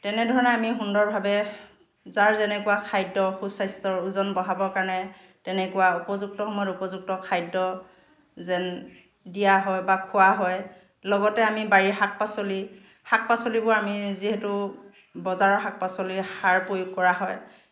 তেনেধৰণে আমি সুন্দৰভাৱে যাৰ যেনেকুৱা খাদ্য সুস্বাস্থ্যৰ ওজন বঢ়াবৰ কাৰণে তেনেকুৱা উপযুক্ত সময়ত উপযুক্ত খাদ্য যেন দিয়া হয় বা খোৱা হয় লগতে আমি বাৰীৰ শাক পাচলি শাক পাচলিবোৰ আমি যিহেতু বজাৰৰ শাক পাচলি সাৰ প্ৰয়োগ কৰা হয়